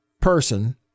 person